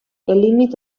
límit